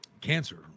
cancer